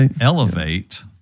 elevate